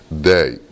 day